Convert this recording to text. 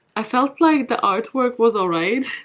i felt like the artwork was alright,